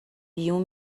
بیوم